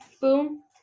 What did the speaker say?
Boom